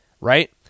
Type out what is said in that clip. right